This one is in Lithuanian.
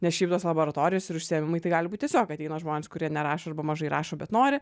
nes šiaip tos laboratorijos ir užsiėmimai tai gali būt tiesiog ateina žmonės kurie nerašo arba mažai rašo bet nori